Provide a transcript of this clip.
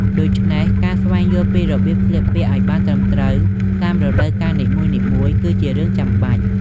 ដូច្នេះ ការស្វែងយល់ពីរបៀបស្លៀកពាក់ឲ្យបានត្រឹមត្រូវតាមរដូវកាលនីមួយៗគឺជារឿងចាំបាច់។